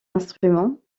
instruments